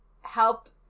help